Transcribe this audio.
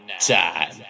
Time